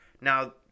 Now